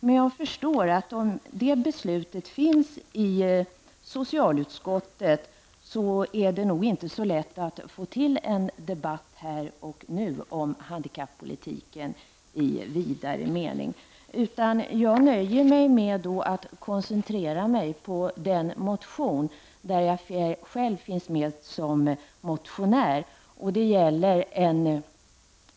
Men jag förstår att om det beslutet har fattats i socialutskottet är det nog inte lätt att få till en debatt här och nu om handikappolitiken i vidare mening. Jag nöjer mig då med att koncentrera mig på den motion där jag själv finns med som motionär.